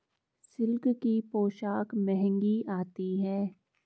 silk की पोशाक महंगी आती है